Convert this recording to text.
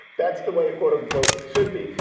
that's the way it quote unquote should be.